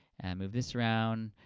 and move this around.